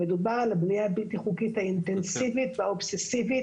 מדובר על הבנייה הבלתי חוקית האינטנסיבית והאובססיבית